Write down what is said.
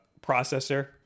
processor